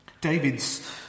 David's